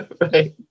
Right